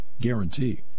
guarantee